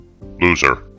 Loser